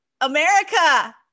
America